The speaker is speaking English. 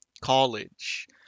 college